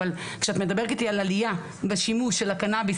אבל כשאת מדברת איתי על עלייה בשימוש של הקנאביס